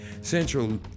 Central